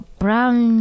brown